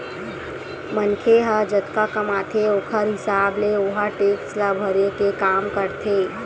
मनखे ह जतका कमाथे ओखर हिसाब ले ओहा टेक्स ल भरे के काम करथे